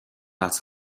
als